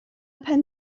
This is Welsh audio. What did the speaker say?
pen